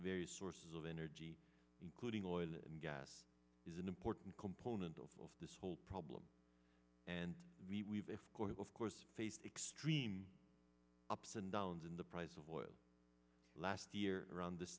various sources of energy including oil and gas is an important component of this whole problem and we of course of course faced extreme ups and downs in the price of oil last year around this